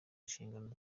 inshingano